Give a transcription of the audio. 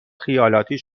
خیالاتی